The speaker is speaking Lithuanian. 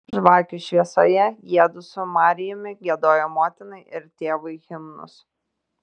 žvakių šviesoje jiedu su marijumi giedojo motinai ir tėvui himnus